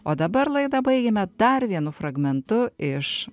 o dabar laidą baigiame dar vienu fragmentu iš